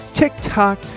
tiktok